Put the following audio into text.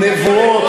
הנבואות,